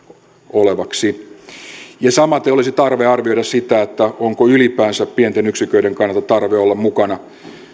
olevan samaten olisi tarve arvioida sitä onko ylipäänsä pienten yksiköiden kannalta tarve olla mukana esimerkiksi